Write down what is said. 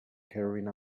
carrying